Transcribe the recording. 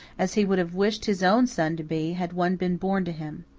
as he would have wished his own son to be, had one been born to him.